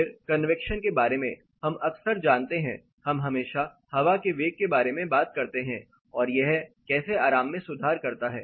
फिर कन्वैक्शन के बारे में हम अक्सर जानते हैं हम हमेशा हवा के वेग के बारे में बात करते हैं और यह कैसे आराम में सुधार करता है